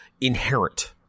inherent